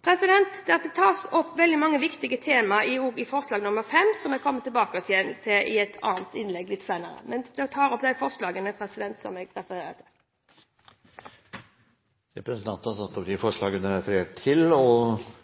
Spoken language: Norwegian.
Det tas opp veldig mange viktige temaer også i punkt V, som jeg vil komme tilbake til i et annet innlegg litt senere. Jeg tar opp forslaget fra Fremskrittspartiet og de forslagene der Fremskrittspartiet er medforslagsstiller Representanten Solveig Horne har tatt opp de